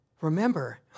Remember